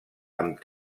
amb